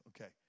Okay